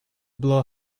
blow